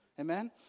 Amen